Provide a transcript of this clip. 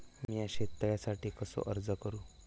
मीया शेत तळ्यासाठी कसो अर्ज करू?